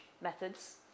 methods